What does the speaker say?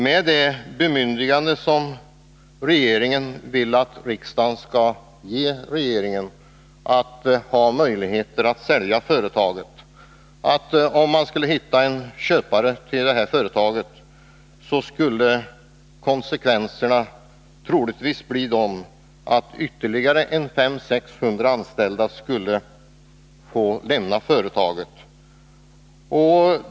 Med det bemyndigande som regeringen vill ha av riksdagen är risken — om det skulle finnas möjligheter att sälja företaget — att konsekvensen skulle bli att ytterligare 500-600 anställda skulle få lämna företaget.